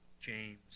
James